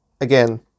again